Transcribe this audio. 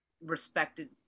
respected